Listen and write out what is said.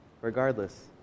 regardless